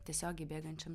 tiesiogiai bėgančiam